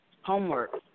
homework